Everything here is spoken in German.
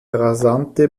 rasante